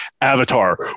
Avatar